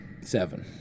Seven